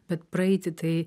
bet praeiti tai